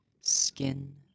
skin